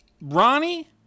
Ronnie